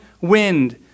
wind